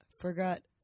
forgot